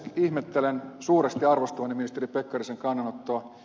ihmettelen suuresti arvostamani ministeri pekkarisen kannanottoa